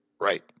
Right